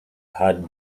had